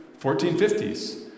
1450s